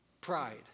pride